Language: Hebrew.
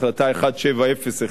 החלטה 1701,